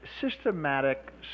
systematic